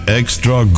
extra